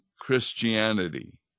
Christianity